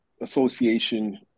association